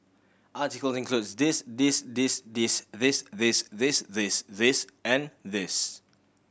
article includes this this this this this this this this this and this